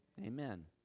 amen